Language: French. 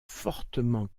fortement